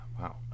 Wow